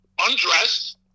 undressed